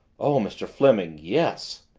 oh, mr. fleming yes!